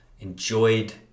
enjoyed